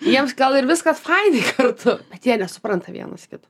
jiems gal ir viskas fainiai kartu bet jie nesupranta vienas kito